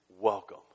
welcome